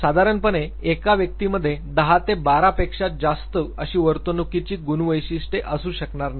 साधारणपणे एका व्यक्तीमध्ये दहा ते बारा पेक्षा जास्त अशी वर्तणुकीची गुणवैशिष्टे असू शकनार नाहीत